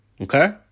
Okay